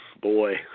boy